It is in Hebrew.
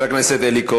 גם הוא מבין מה טוב